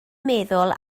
meddwl